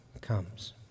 comes